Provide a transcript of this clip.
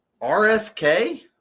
RFK